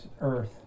Earth